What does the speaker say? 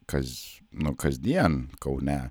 kas nu kasdien kaune